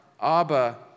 Abba